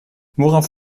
worauf